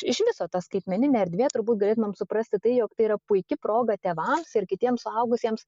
iš viso ta skaitmeninė erdvė turbūt greit mums suprasti tai jog tai yra puiki proga tėvams ir kitiems suaugusiems